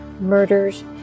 murders